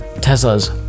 Tesla's